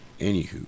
Anywho